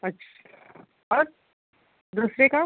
अच्छा और दूसरे का